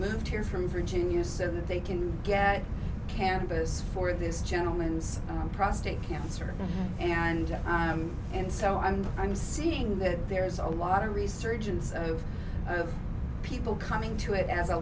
moved here from virginia said that they can get cannabis for this gentleman has prostate cancer and i'm and so i'm i'm seeing that there is a lot of resurgence of people coming to it as a